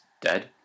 dead